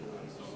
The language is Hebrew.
נתקבל.